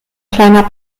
kleiner